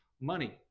money